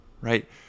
right